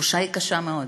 התחושה היא קשה מאוד.